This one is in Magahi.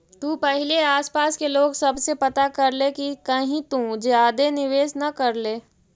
तु पहिले आसपास के लोग सब से पता कर ले कि कहीं तु ज्यादे निवेश न कर ले